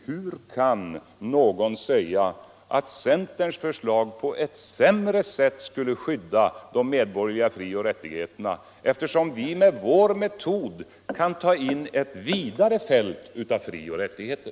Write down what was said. Hur kan någon då säga att centerns förslag på ett sämre sätt skyddar de borgerliga frioch rättigheterna, när vi med vår metod kan ta in ett vidare fält av fri och rättigheter.